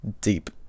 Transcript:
deep